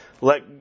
Let